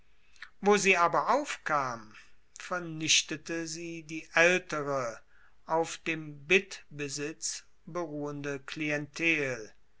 wo sie aber aufkam vernichtete sie die aeltere auf dem bittbesitz beruhende klientel